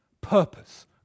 purpose